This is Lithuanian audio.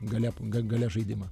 gale gale žaidimo